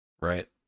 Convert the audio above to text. Right